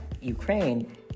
Ukraine